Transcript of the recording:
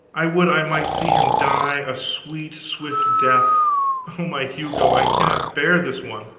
i would i might see him die a sweet, swift death oh, my hugo, i cannot bear this one!